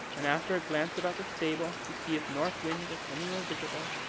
and after a glance about the stable to see if north wind was anywhere visible,